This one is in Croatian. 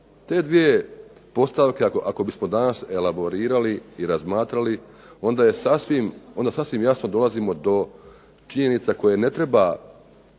Te dvije postavke ako bismo danas elaborirali i razmatrali, onda sasvim jasno dolazimo do činjenica koje ne treba